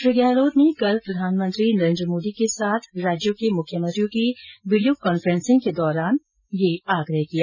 श्री गहलोत ने कल प्रधानमंत्री नरेन्द्र मोदी के साथ राज्यों के मुख्यमंत्रियों की वीडियो कॉन्फ्रेंसिंग के दौरान यह बात कही